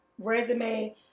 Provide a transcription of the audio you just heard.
resume